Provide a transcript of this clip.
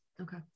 Okay